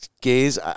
gays